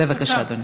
בבקשה, אדוני.